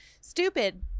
Stupid